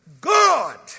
God